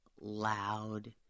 loud